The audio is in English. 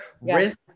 risk